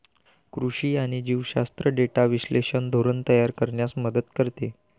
कृषी आणि जीवशास्त्र डेटा विश्लेषण धोरण तयार करण्यास मदत करते